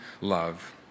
love